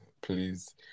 Please